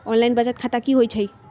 Online बचत खाता की होई छई?